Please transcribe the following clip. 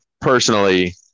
personally